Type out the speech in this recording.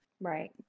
Right